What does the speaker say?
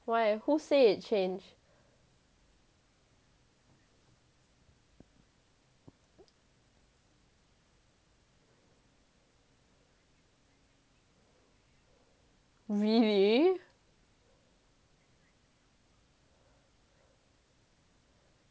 why who say you changed really